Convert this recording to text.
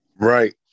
right